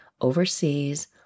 overseas